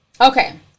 Okay